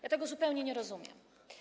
Ja tego zupełnie nie rozumiem.